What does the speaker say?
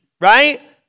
right